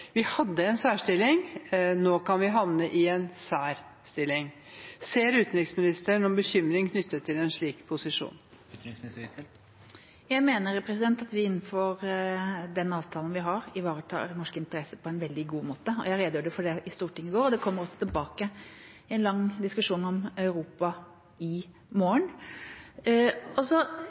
Vi hadde en særstilling, nå kan vi havne i en sær stilling. Ser utenriksministeren noen bekymring knyttet til en slik posisjon? Jeg mener at vi innenfor den avtalen vi har, ivaretar norske interesser på en veldig god måte. Jeg redegjorde for det i Stortinget i går, og kommer også tilbake til det i en lang diskusjon om Europa i morgen.